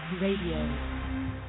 Radio